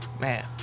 man